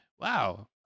Wow